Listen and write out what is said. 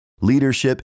leadership